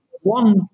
one